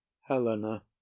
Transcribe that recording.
helena